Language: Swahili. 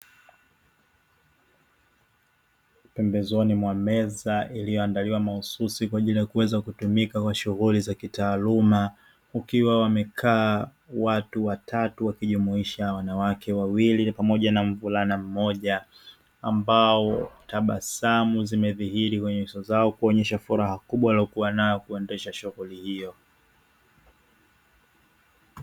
Pembezoni mwa meza iliyoandaliwa mahususi kwa ajili ya kuweza kutumika kwa shughuli za kitaaluma, kukiwa wamekaa watu watatu wakijumuisha wanawake wawili pamoja na mvulana mmoja. Ambao tabasamu zimedhihiri kwenye nyuso zao kuonyesha furaha kubwa waliyokuwa nayo kuendesha shughuli hiyo.